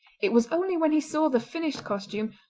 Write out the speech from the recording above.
it was only when he saw the finished costume,